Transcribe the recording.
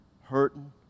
Hurting